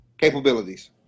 Capabilities